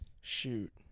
Shoot